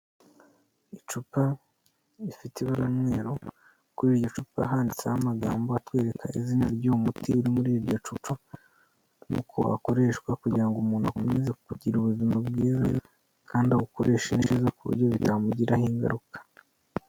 Icupa rifite ibara ry'umweru, kuri iryo cupa handitseho amagambo atwereka izina ry'uwo muti uri muri iryo cupa n'uko wakoreshwa kugira ngo umuntu akomeze kugira ubuzima bwiza, kandi awukoreshe neza ku buryo bitamugiraho ingaruka.